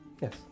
Yes